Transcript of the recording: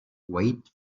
wait